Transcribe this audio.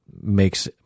makes